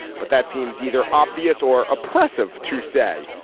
but that seems either obvious or oppressive to say.